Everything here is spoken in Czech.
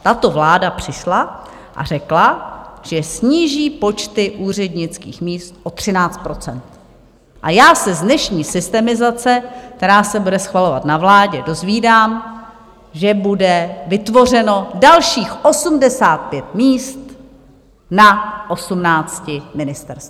Tato vláda přišla a řekla, že sníží počty úřednických míst o 13 %, a já se z dnešní systemizace, která se bude schvalovat na vládě, dozvídám, že bude vytvořeno dalších 85 míst na osmnácti ministerstvech.